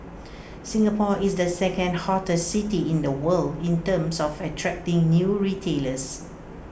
Singapore is the second hottest city in the world in terms of attracting new retailers